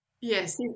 Yes